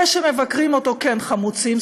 אלה שמבקרים אותו כן חמוצים,